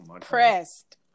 pressed